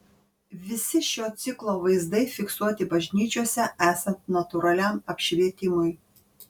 visi šio ciklo vaizdai fiksuoti bažnyčiose esant natūraliam apšvietimui